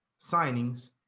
signings